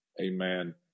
Amen